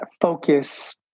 focus